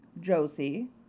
Josie